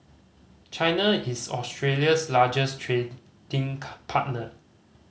China is Australia's largest trading partner